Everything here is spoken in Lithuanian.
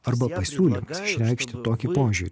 arba pasiūlymas išreikšti tokį požiūrį